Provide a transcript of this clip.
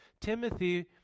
Timothy